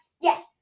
Yes